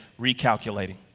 recalculating